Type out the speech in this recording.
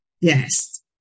Yes